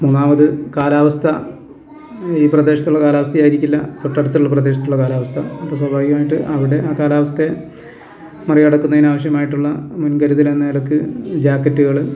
മൂന്നാമത് കാലാവസ്ഥ ഈ പ്രദേശത്തുള്ള കാലാവസ്ഥയായിരിക്കില്ല തൊട്ടടുത്തുള്ള പ്രദേശത്തുള്ള കാലാവസ്ഥ അപ്പം സ്വാഭാവികമായിട്ട് അവിടെ ആ കാലാവസ്ഥയെ മറി കടക്കുന്നതിനാവശ്യമായിട്ടുള്ള മുൻകരുതലെന്ന നിലക്ക് ജാക്കറ്റുകൾ